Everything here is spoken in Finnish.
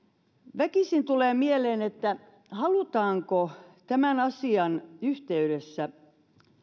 väkisin tulee mieleen halutaanko tämän asian yhteydessä